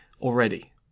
already